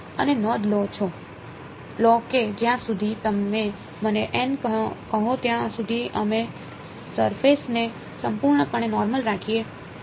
અને નોંધ લો કે જ્યાં સુધી તમે મને કહો ત્યાં સુધી અમે સરફેશ ને સંપૂર્ણપણે નોર્મલ રાખીએ છીએ